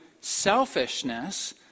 selfishness